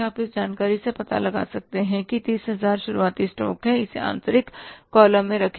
आप इस जानकारी से पता लगा सकते हैं कि 30000 शुरुआती स्टॉक है इसे आंतरिक कॉलम में रखें